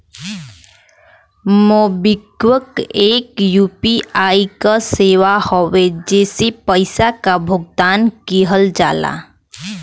MobiKwik एक UPI क सेवा हौ जेसे पइसा क भुगतान किहल जाला